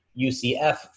UCF